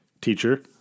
teacher